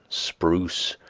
spruce,